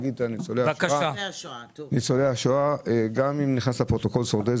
גם אם נכנס לפרוטוקול שורדי,